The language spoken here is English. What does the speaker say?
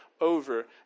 over